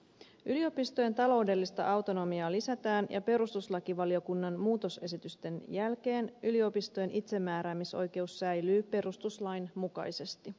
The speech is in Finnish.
yliopistojen taloudellista autonomiaa lisätään ja perustuslakivaliokunnan muutosesitysten jälkeen yliopistojen itsemääräämisoikeus säilyy perustuslain mukaisesti